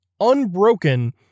unbroken